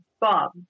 Bob